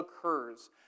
occurs